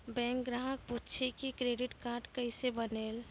Bank ग्राहक पुछी की क्रेडिट कार्ड केसे बनेल?